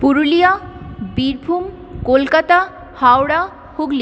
Purulia Birbhum Kolkata Howrah Hooghly